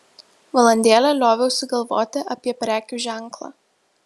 valandėlę lioviausi galvoti apie prekių ženklą